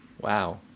Wow